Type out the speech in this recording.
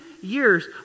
years